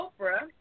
Oprah